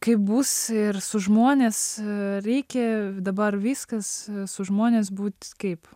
kaip bus ir su žmonės reikia dabar viskas su žmonės būt kaip